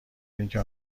اینکه